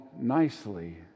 nicely